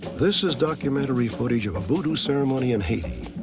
this is documentary footage of a voodoo ceremony in haiti.